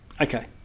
okay